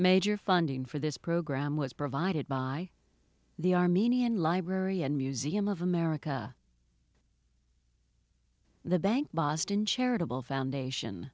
major funding for this program was provided by the armenian library and museum of america the bank boston charitable foundation